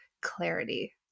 clarity